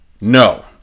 No